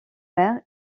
mère